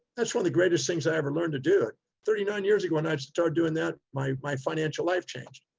that's one of the greatest things i ever learned to do thirty nine years ago. and i started doing that, my my financial life changed.